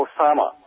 Osama